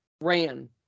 ran